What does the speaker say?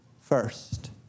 first